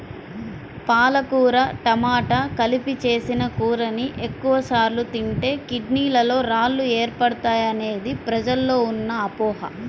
పాలకూర టమాట కలిపి చేసిన కూరని ఎక్కువ సార్లు తింటే కిడ్నీలలో రాళ్లు ఏర్పడతాయనేది ప్రజల్లో ఉన్న అపోహ